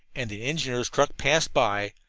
and the engineers' truck passed by,